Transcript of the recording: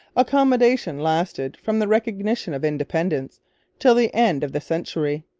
accommodation lasted from the recognition of independence till the end of the century.